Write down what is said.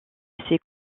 ses